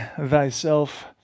thyself